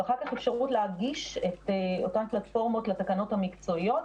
ואחר כך אפשרו להגיש את אותן פלטפורמות לתקנות המקצועיות,